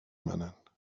منن